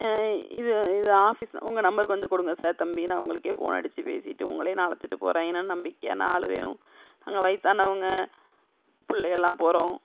இது இது ஆஃபிஸ் உங்கள் நம்பர் கொஞ்சம் கொடுங்க சார் தம்பி நான் உங்களுக்கே ஃபோன் அடித்து பேசிட்டு உங்களே நான் அழைச்சிட்டு போகிறேன் ஏன்னா நம்பிக்கையான ஆள் வேணும் நாங்கள் வயசானவங்க பிள்ளை எல்லாம் போகிறோம்